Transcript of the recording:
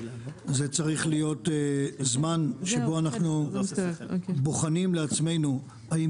זה צריך להיות זמן שבו אנחנו בוחנים לעצמנו האם